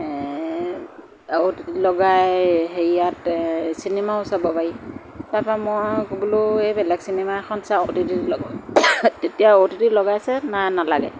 আৰু লগাই হেৰিয়াত চিনেমাও চাব পাৰি তাৰপৰা মই আকৌ বোলো বেলেগ চিনেমা এখন চাওঁ অ টি টি লগাই তেতিয়া অটিটিত লগাইছে নাই নালাগে